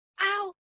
Ow